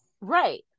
right